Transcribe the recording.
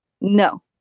No